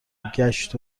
گشت